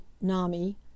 Nami